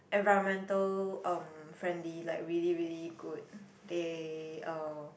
environmental um friendly like really really good they um